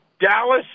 Dallas